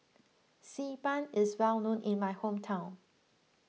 Xi Ban is well known in my hometown